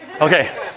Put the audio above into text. Okay